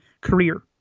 career